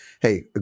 Hey